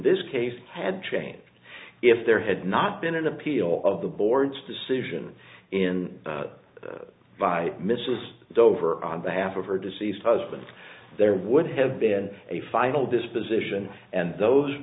this case had changed if there had not been an appeal of the board's decision in by mrs dover on behalf of her deceased husband there would have been a final disposition and those